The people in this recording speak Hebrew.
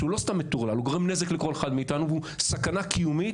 שהוא לא סתם מטורלל הוא גורם נזק לכל אחד מאיתנו הוא סכנה קיומית